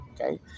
Okay